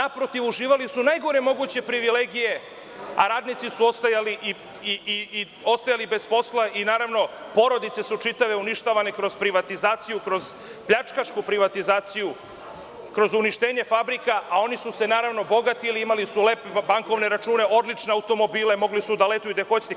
Naprotiv, uživali su najgore moguće privilegije, a radnici su ostajali bez posla i naravno porodice su čitave uništavane kroz privatizaciju, kroz pljačkašku privatizaciju, kroz uništenje fabrika, a oni su se naravno bogatili i imali su bankovne račune, odlične automobile mogli su da letuju gde hoćete.